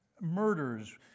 murders